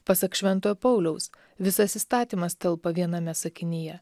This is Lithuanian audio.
pasak šventojo pauliaus visas įstatymas telpa viename sakinyje